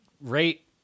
rate